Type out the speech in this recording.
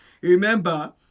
Remember